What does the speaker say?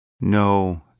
no